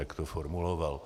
Tak to formuloval.